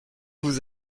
vous